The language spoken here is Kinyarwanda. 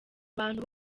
abantu